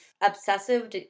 obsessive